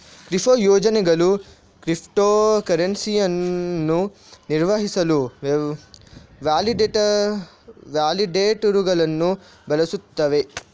crypto ಯೋಜನೆಗಳು crypto ಕರೆನ್ಸಿಯನ್ನು ನಿರ್ವಹಿಸಲು ವ್ಯಾಲಿಡೇಟರುಗಳನ್ನು ಬಳಸುತ್ತವೆ